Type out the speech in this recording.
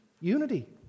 unity